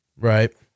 Right